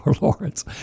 Lawrence